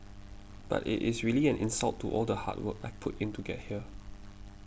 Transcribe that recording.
but it is really an insult to all the hard work I've put in to get here